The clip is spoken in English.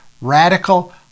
radical